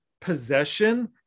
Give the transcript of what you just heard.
possession